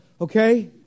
okay